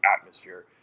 atmosphere